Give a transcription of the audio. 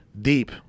deep